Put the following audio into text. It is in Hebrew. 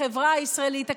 החברה הישראלית,